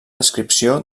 descripció